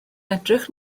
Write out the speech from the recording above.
edrych